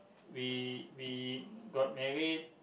we we got married